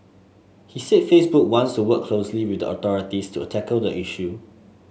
he said Facebook wants to work closely with the authorities to tackle the issue